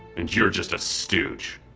and you're just a stooge,